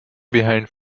behind